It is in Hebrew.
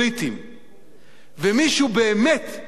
ומי שבאמת יודע, הוא יקבע.